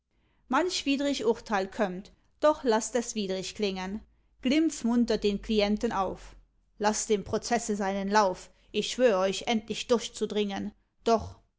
urteil kömmt doch laßt es widrig klingen glimpf muntert den klienten auf laßt dem prozesse seinen lauf ich schwör euch endlich durchzudringen doch herr ich